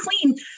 Clean